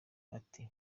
ati